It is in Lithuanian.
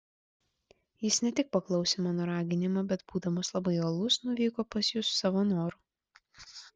jis ne tik paklausė mano raginimo bet būdamas labai uolus nuvyko pas jus savo noru